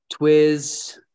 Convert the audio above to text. Twiz